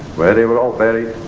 where they were all buried.